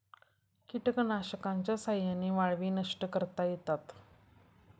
कीटकनाशकांच्या साह्याने वाळवी नष्ट करता येतात